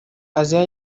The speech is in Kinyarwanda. aziya